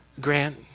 Grant